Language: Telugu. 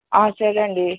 సరే అండి